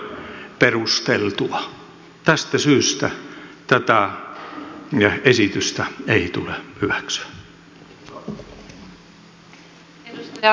tästä syystä tätä esitystä ei tule hyväksyä